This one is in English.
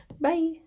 Bye